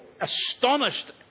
astonished